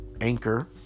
Anchor